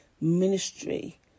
ministry